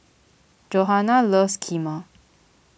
Johana loves Kheema